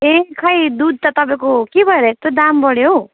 ए खै दुध त तपाईँको के भएर यस्तो दाम बढ्यो हौ